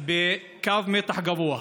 בקו מתח גבוה.